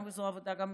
גם בזרוע העבודה וגם